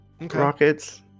rockets